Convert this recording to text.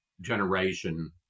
generation